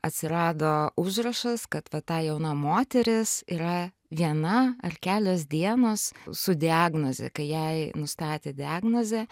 atsirado užrašas kad va ta jauna moteris yra viena ar kelios dienos su diagnoze kai jai nustatė diagnozę